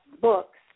books